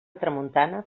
tramuntana